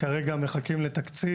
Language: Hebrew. כרגע מחכים לתקציב.